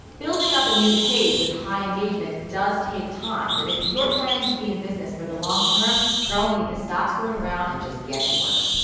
building up a new page with high engagement does take time but if you're planning to be in business for the long-term, girl you need stop screwing around and just get to work!